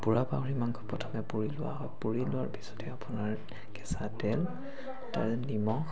পোৰা গাহৰি মাংস প্ৰথমে পুৰি লোৱা হয় পুৰি লোৱাৰ পিছতে আপোনাৰ কেঁচা তেল তাৰ পিছত নিমখ